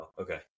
okay